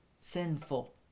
sinful